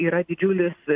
yra didžiulis